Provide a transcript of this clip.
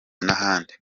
n’ahandi